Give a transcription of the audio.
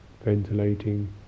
ventilating